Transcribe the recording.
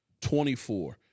24